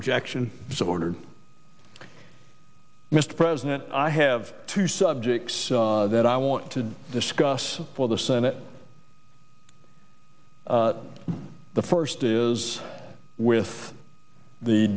objection so ordered mr president i have two subjects that i want to discuss for the senate the first is with the